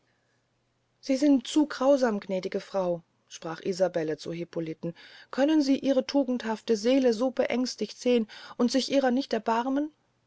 sie sind zu grausam gnädige frau sprach isabelle zu hippoliten können sie ihre tugendhafte seele so beängstigt sehn und sich ihrer nicht erbarmen